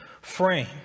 frame